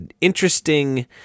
interesting